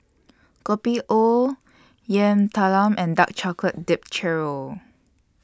Kopi O Yam Talam and Dark Chocolate Dipped Churro